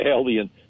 alien